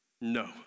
No